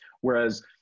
Whereas